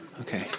Okay